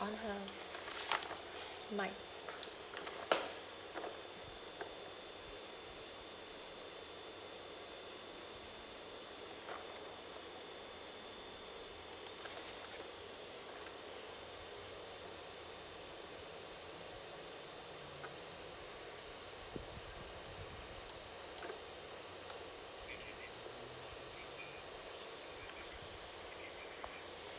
on her s~ mic